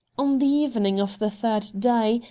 on the evening of the third day,